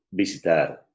visitar